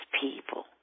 people